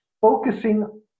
focusing